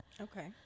Okay